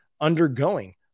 undergoing